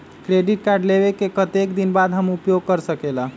Credit card लेबे के कतेक दिन बाद हम उपयोग कर सकेला?